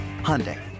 Hyundai